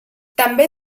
també